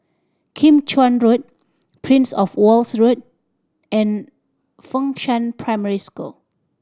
Kim Chuan Road Prince Of Wales Road and Fengshan Primary School